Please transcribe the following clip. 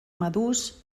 madurs